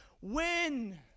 win